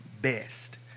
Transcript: best